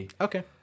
Okay